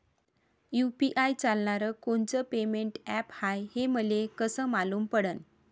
UPI चालणारं कोनचं payment app हाय, हे मले कस मालूम पडन?